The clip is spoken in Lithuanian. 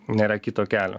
nėra kito kelio